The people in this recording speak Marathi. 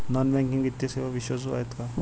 नॉन बँकिंग वित्तीय सेवा विश्वासू आहेत का?